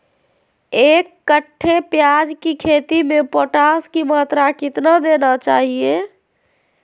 एक कट्टे प्याज की खेती में पोटास की मात्रा कितना देना चाहिए?